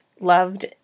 loved